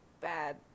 bad